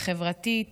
החברתית,